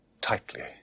tightly